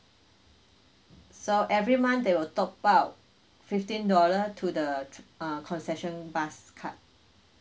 so every month they will top up fifteen dollar to the tr~ uh concession bus card